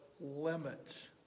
limits